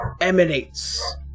emanates